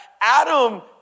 Adam